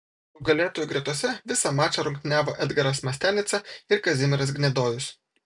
nugalėtojų gretose visą mačą rungtyniavo edgaras mastianica ir kazimieras gnedojus